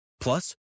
Plus